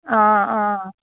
অঁ অঁ